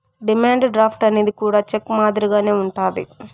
demand draft అనేది కూడా cheque మాదిరిగానే ఉంటది